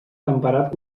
temperat